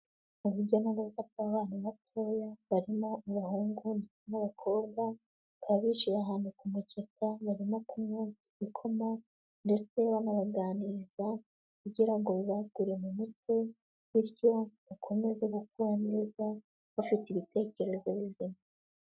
Ubujya n'uruza abana batoya, barimo abahungu n'abakobwa, bakaba bicaye ahantu ku mukeka, barimo kunywa ibikoma, ndetse banabaganiriza, kugira ngo bibagure mu mutwe bityo bakomeze gukura neza bafite ibitekerezo bizima.